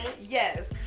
Yes